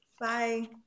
Bye